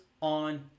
on